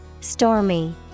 Stormy